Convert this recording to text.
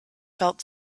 felt